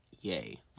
Yay